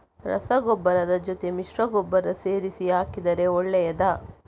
ರಸಗೊಬ್ಬರದ ಜೊತೆ ಮಿಶ್ರ ಗೊಬ್ಬರ ಸೇರಿಸಿ ಹಾಕಿದರೆ ಒಳ್ಳೆಯದಾ?